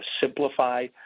simplify